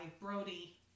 Brody